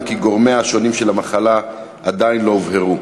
אם כי גורמיה השונים של המחלה עדיין לא הובהרו.